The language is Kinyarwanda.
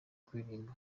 kuririmba